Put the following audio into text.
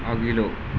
अघिल्लो